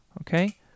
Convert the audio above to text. okay